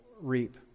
reap